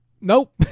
Nope